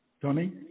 Tony